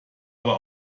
aber